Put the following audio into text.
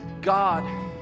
God